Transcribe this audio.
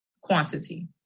quantity